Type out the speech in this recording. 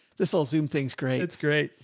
this whole zoom thing is great. it's great.